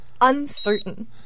uncertain